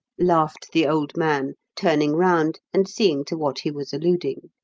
laughed the old man, turning round and seeing to what he was alluding.